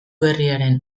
berriaren